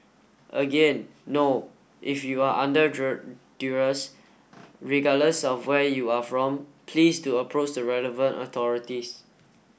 again no if you are under durees regardless of where you are from please do approach the relevant authorities